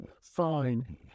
fine